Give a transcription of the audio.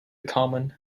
common